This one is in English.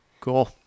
Cool